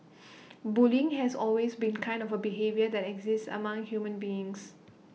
bullying has always been kind of A behaviour that exists among human beings